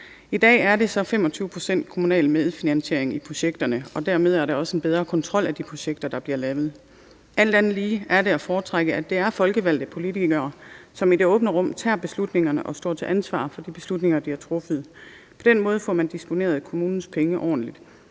I dag er der så 25 pct. kommunal medfinansiering i projekterne, og dermed er der også en bedre kontrol af de projekter, der bliver lavet. Alt andet lige er det at foretrække, at det er folkevalgte politikere, som i det åbne rum tager beslutningerne og står til ansvar for de beslutninger, de har truffet. På den måde får man disponeret kommunens penge ordentligt,